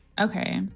Okay